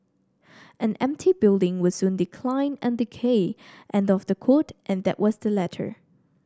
an empty building will soon decline and decay end of the quote and that was the letter